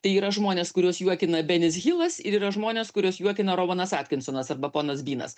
tai yra žmonės kuriuos juokina benis hilas ir yra žmonės kuriuos juokina rovanas atkinsonas arba ponas bynas